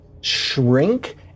shrink